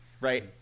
right